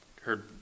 heard